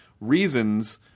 reasons